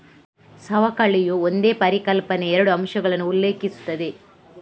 ಸವಕಳಿಯು ಒಂದೇ ಪರಿಕಲ್ಪನೆಯ ಎರಡು ಅಂಶಗಳನ್ನು ಉಲ್ಲೇಖಿಸುತ್ತದೆ